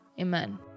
amen